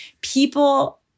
people